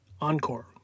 Encore